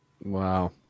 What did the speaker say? wow